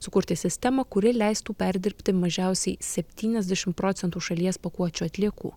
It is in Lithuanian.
sukurti sistemą kuri leistų perdirbti mažiausiai septyniasdešimt procentų šalies pakuočių atliekų